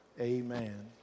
amen